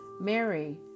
Mary